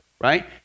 right